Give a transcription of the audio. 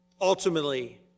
Ultimately